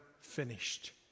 finished